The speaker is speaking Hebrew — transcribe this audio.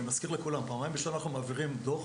אני מזכיר לכולם פעמיים בשנה אנחנו מעבירים לכנסת דו"ח